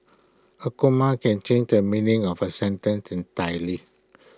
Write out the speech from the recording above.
A comma can change the meaning of A sentence entirely